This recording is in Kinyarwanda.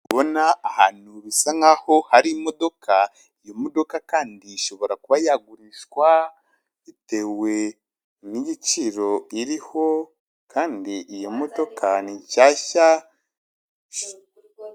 Ndabona ahantu bisa nk'aho hari imodoka. Iyo modoka kandi ishobora kuba yagurishwa, bitewe n'igiciro iriho kandi iyo modoka ni nshyashya...